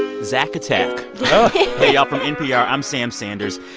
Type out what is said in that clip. zak attack hey, y'all. from npr, i'm sam sanders.